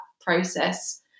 process